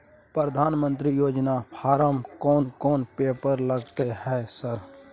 प्रधानमंत्री योजना फारम कोन कोन पेपर लगतै है सर?